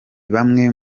bamwe